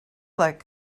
like